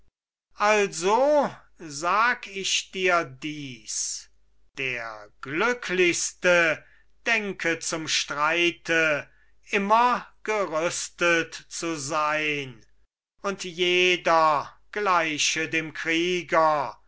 also sag ich dir dies der glücklichste denke zum streite immer gerüstet zu sein und jeder gleiche dem krieger